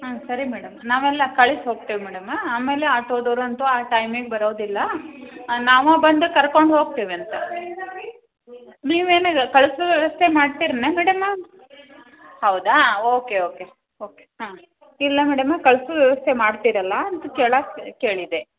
ಹಾಂ ಸರಿ ಮೇಡಂ ನಾವೆಲ್ಲ ಕಳಿಸಿ ಹೋಗ್ತೇವೆ ಮೇಡಂ ಆಮೇಲೆ ಆಟೋದೋರಂತೂ ಆ ಟೈಮಿಗೆ ಬರೋದಿಲ್ಲ ನಾವೇ ಬಂದು ಕರ್ಕೊಂಡು ಹೋಗ್ತೀವಂತೆ ನೀವೇನು ಈಗ ಕಳಿಸೋ ವ್ಯವಸ್ಥೆ ಮಾಡ್ತೀರೇನು ಮೇಡಂ ಹೌದಾ ಓಕೆ ಓಕೆ ಓಕೆ ಹಾಂ ಇಲ್ಲ ಮೇಡಂ ಕಳಿಸು ವ್ಯವಸ್ಥೆ ಮಾಡ್ತೀರಲ್ಲ ಅಂತ ಕೇಳೋಕ್ಕೆ ಕೇಳಿದೆ